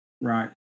Right